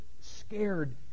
scared